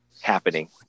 happening